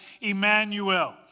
Emmanuel